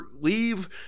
leave